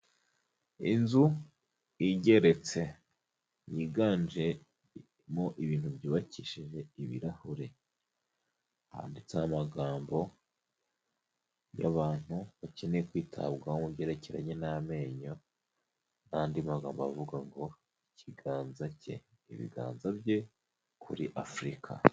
Inzu igeretse yiganjemo ibintu byubakishije ibirahure, handitseho amagambo y'abantu bakeneye kwitabwaho mu byerekeranye n'amenyo n'andi magambo avuga ngo: "Ikiganza cye, ibiganza bye kuri Afurika."